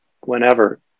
whenever